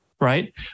right